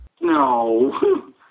No